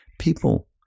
people